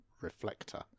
reflector